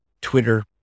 Twitter